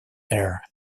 eyre